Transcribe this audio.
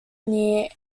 near